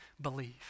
believe